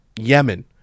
Yemen